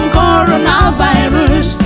coronavirus